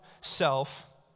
self